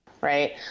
right